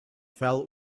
fell